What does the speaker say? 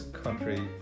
country